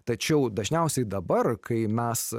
tačiau dažniausiai dabar kai mes